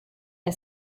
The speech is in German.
der